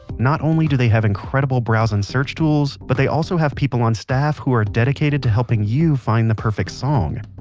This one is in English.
not only do they have incredible browse and search tools, but they also have people on staff who are dedicated to helping you find the perfect song.